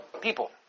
people